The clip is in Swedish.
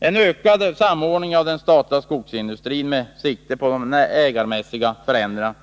En ökad samordning av den statliga skogsindustrin med sikte på ägarmässiga förändringar